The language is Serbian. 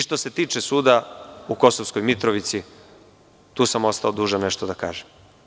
Što se tiče suda u Kosovskoj Mitrovici tu sam ostao dužan nešto da kažem.